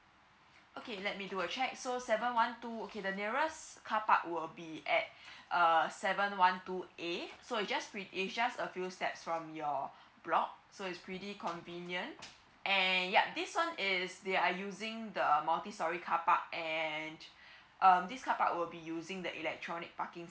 okay let me do a check so seven one two okay the nearest carpark will be at err seven one two A so it just pre~ is just a few steps from your block so is pretty convenient and yup this one is they are using the multistorey carpark and um this carpark will be using the electronic parking